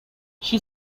she